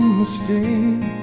mistake